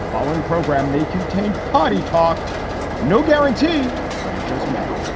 following program may contain potty talk no guarantee, but it just may